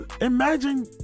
imagine